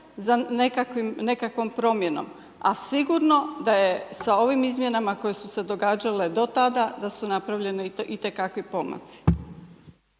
za nekakvom promjenom. A sigurno da je sa ovim izmjenama koje su se događale do tada da su napravljeni itekakvi pomaci.